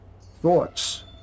thoughts